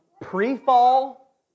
Pre-fall